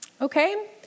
Okay